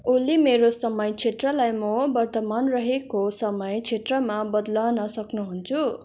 ओली मेरो समय क्षेत्रलाई म बर्तमान रहेको समय क्षेत्रमा बद्लन सक्नुहुन्छु